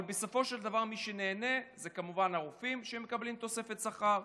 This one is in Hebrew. אבל בסופו של דבר מי שנהנה זה כמובן הרופאים שמקבלים תוספת שכר,